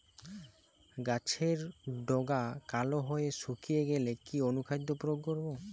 গাছের ডগা কালো হয়ে শুকিয়ে গেলে কি অনুখাদ্য প্রয়োগ করব?